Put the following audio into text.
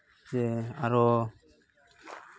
ᱡᱮ ᱟᱨᱚ